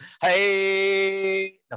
Hey